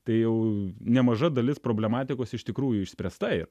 tai jau nemaža dalis problematikos iš tikrųjų išspręsta ir